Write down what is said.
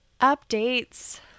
updates